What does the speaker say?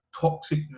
toxic